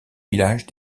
villages